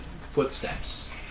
footsteps